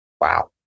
Wow